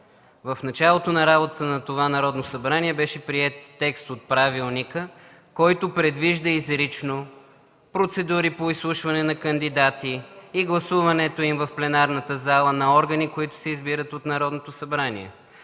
в началото на работата на това Народно събрание беше приет текст от Правилника, който предвижда изрично процедури по изслушване на кандидати и гласуването им в пленарната зала на органи, които се избират от Народното събрание.